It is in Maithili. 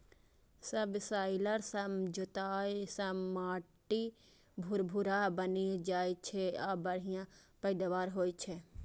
सबसॉइलर सं जोताइ सं माटि भुरभुरा बनि जाइ छै आ बढ़िया पैदावार होइ छै